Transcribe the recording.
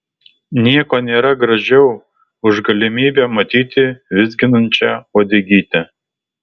nieko nėra gražiau už galimybę matyti vizginančią uodegytę